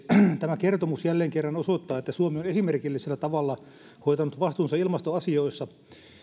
tämä kertomus jälleen kerran osoittaa että suomi on esimerkillisellä tavalla hoitanut vastuunsa ilmastoasioissa